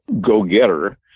go-getter